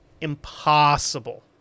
Impossible